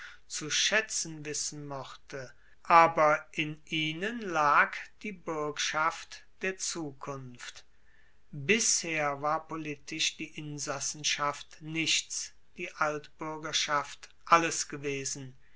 zu schaetzen wissen mochte aber in ihnen lag die buergschaft der zukunft bisher war politisch die insassenschaft nichts die altbuergerschaft alles gewesen